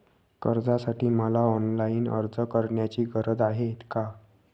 कर्जासाठी मला ऑनलाईन अर्ज करण्याची गरज आहे का?